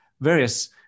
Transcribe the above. various